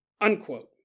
unquote